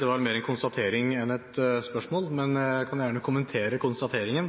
Det var vel mer en konstatering enn et spørsmål, men jeg kan gjerne kommentere konstateringen.